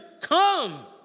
Come